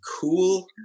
cool